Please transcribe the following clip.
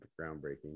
groundbreaking